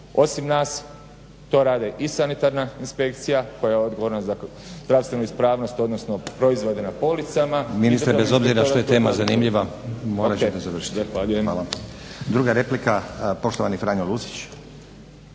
Osim nas to rade i sanitarna inspekcija koja je odgovorna za zdravstvenu ispravnost odnosno proizvode na policama.